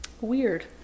weird